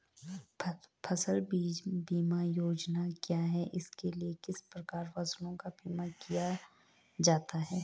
फ़सल बीमा योजना क्या है इसके लिए किस प्रकार फसलों का बीमा किया जाता है?